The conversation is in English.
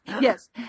Yes